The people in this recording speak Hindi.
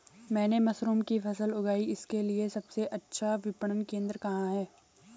मैंने मशरूम की फसल उगाई इसके लिये सबसे अच्छा विपणन केंद्र कहाँ है?